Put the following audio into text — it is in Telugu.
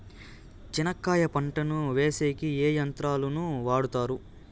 చెనక్కాయ పంటను వేసేకి ఏ యంత్రాలు ను వాడుతారు?